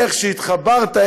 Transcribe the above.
איך שהתחברת,